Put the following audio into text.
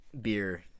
beer